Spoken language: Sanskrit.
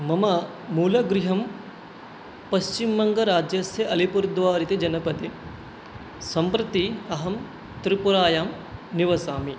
मम मूलगृहं पश्चिमबङ्गराज्यस्य अलिपुर्द्वार् इति जनपदे सम्प्रति अहं त्रिपुरायां निवसामि